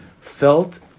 felt